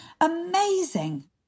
Amazing